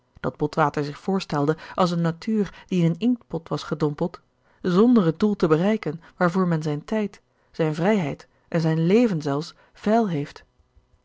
dat botwater zich voorstelde als eene natuur die in een inktpot was gedompeld zonder het doel te bereiken waarvoor men zijn tijd zijn vrijheid en zijn leven zelfs veil heeft